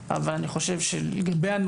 הנושא.